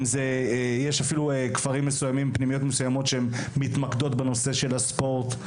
יש אפילו פנימיות מסוימות שמתמקדות בנושא של הספורט,